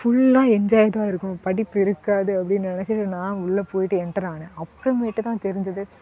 ஃபுல்லாக என்ஜாய் தான் இருக்கும் படிப்பு இருக்காது அப்படின்னு நெனைச்சிட்டு நான் உள்ளே போய்ட்டு எண்ட்டர் ஆனேன் அப்புறம்மேட்டு தான் தெரிஞ்சுது